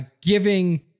giving